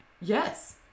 Yes